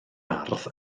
ardd